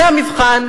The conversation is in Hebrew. זה המבחן.